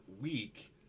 week